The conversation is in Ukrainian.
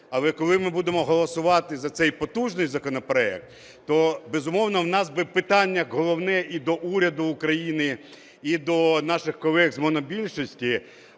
Але, коли ми будемо голосувати за цей потужний законопроект, то, безумовно, у нас питання головне і до уряду України, і до наших колег з монобільшості: